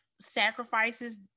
sacrifices